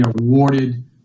awarded